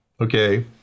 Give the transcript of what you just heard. okay